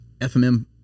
FMM